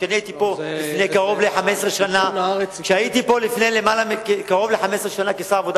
כשהייתי פה לפני קרוב ל-15 שנה כשר העבודה